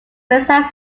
westside